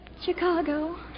Chicago